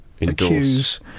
accuse